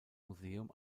museum